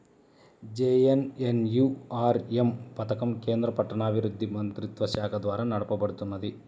JNNURM పథకం కేంద్ర పట్టణాభివృద్ధి మంత్రిత్వశాఖ ద్వారా నడపబడుతున్నది